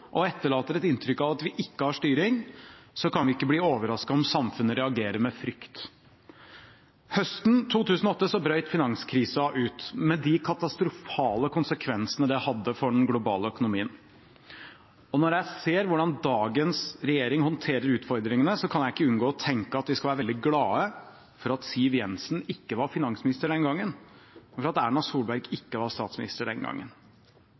og etterlater et inntrykk av at vi ikke har styring, kan vi ikke bli overrasket om samfunnet reagerer med frykt. Høsten 2008 brøt finanskrisen ut, med de katastrofale konsekvensene det hadde for den globale økonomien. Når jeg ser hvordan dagens regjering håndterer utfordringene, kan jeg ikke unngå å tenke at vi skal være glade for at Siv Jensen ikke var finansminister den gangen, og for at Erna Solberg ikke var statsminister den gangen.